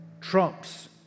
trumps